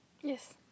Yes